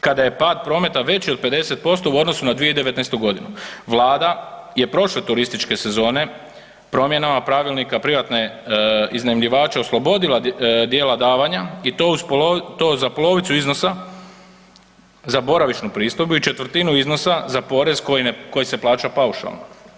Kada je pad prometa veći od 50% u odnosu na 2019. g., Vlada je prošle turističke sezone promjenama pravilnika privatne iznajmljivače oslobodila dijela davanja i to za polovicu iznosa za boravišnu pristojbu i četvrtinu iznosa za porez koji se plaća paušalno.